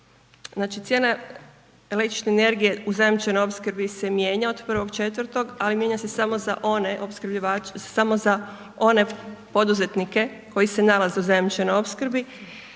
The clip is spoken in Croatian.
Znači, cijena električne energije u zajamčenoj opskrbi se mijenja od 1.4., ali mijenja se samo za one poduzetnike koji se nalaze u zajamčenoj opskrbi